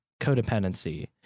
codependency